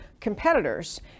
competitors